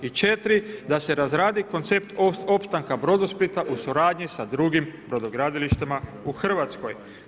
I četiri, da se razradi koncept opstanka Brodosplita u suradnji sa drugim brodogradilištima u Hrvatskoj.